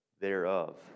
thereof